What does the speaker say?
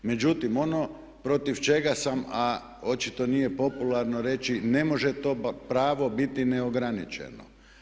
Međutim, ono protiv čega sam, a očito nije popularno reći ne može to pravo biti neograničeno.